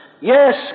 Yes